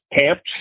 camps